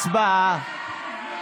הצבעה.